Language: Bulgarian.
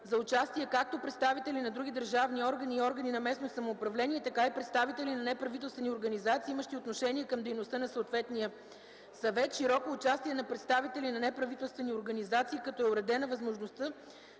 за участие както представители на други държавни органи и органи на местното самоуправление, така и представители на неправителствени организации, имащи отношение към дейността на съответния съвет; широко участие на представители на неправителствени организации, като е уредена възможността